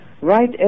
Right